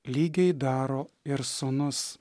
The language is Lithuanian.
lygiai daro ir sūnus